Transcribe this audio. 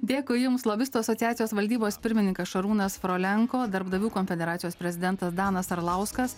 dėkui jums lobistų asociacijos valdybos pirmininkas šarūnas frolenko darbdavių konfederacijos prezidentas danas arlauskas